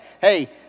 Hey